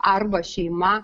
arba šeima